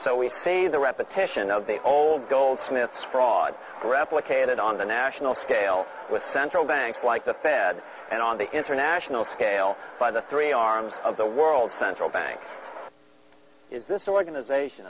so we say the repetition of the old goldsmiths fraud replicated on the national scale with central banks like the fed and on the international scale by the three arms of the world central bank is this organization